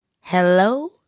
Hello